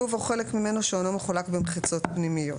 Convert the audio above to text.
כלוב או חלק ממנו שאינו מחולק במחיצות פנימיות.